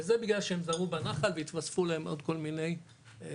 וזה בגלל שהם זרמו בנחל והתווספו להם עוד כל מיני דברים.